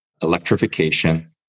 electrification